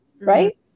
right